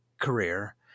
career